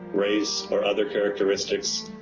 race or other characteristics,